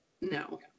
No